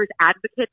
advocates